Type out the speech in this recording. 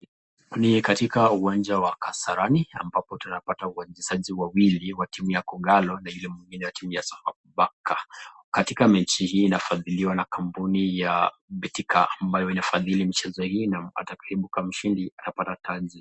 Ni katika uwanja wa Kasarani ambapo tunapata uwanizaji wawili wa timu ya Kogalo na ile mwingine ya timu ya Sofapaka. Katika mechi hii inafadhiliwa na kampuni ya Betika ambayo inafadhili mchezo hii na atakaibuka mshindi anapata tani.